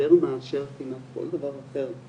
יותר מאשר כמעט כל דבר אחר,